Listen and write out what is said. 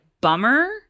bummer